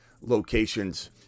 locations